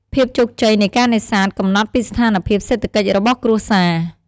ភាពជោគជ័យនៃការនេសាទកំណត់ពីស្ថានភាពសេដ្ឋកិច្ចរបស់គ្រួសារ។